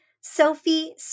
Sophie